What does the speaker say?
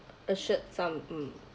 assured sum um